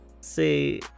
see